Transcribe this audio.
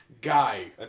Guy